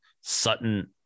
Sutton